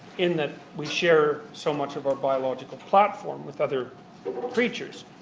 in that we share so much of our biological platform with other creatures.